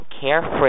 carefree